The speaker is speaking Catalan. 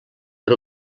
per